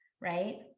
right